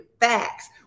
facts